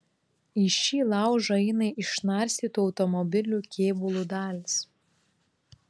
į šį laužą eina išnarstytų automobilių kėbulo dalys